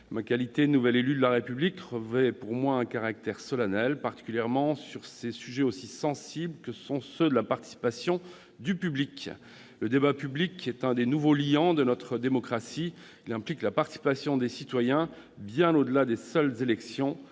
Ma qualité de nouvel élu de la République revêt pour moi un caractère solennel, particulièrement sur un sujet aussi sensible que celui de la participation du public. Le débat public constitue l'un des nouveaux liants de notre démocratie ; il implique la participation des citoyens bien au-delà des seules élections